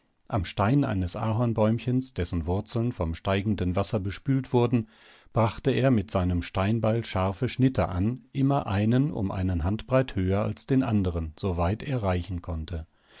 am stamm eines ahornbäumchens dessen wurzeln vom steigenden wasser bespült wurden brachte er mit seinem steinbeil scharfe schnitte an immer einen um einen handbreit höher als den anderen so weit er reichen konnte